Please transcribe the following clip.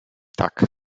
tak